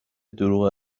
دروغ